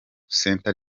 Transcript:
center